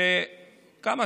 כמה?